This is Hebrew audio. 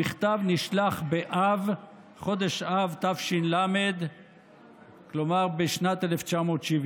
המכתב נשלח בחודש אב תש"ל, כלומר בשנת 1970: